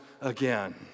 again